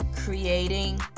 creating